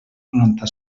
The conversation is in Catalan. noranta